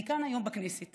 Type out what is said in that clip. אני כאן היום בכנסת